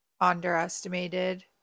underestimated